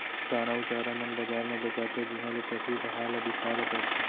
दाना अउ चारा मन बजार म बेचाथें जिहॉं ले पसु अहार ल बिसाए ल परथे